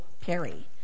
Perry